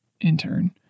intern